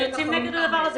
שאנחנו יוצאים נגד זה.